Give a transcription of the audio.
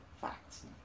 facts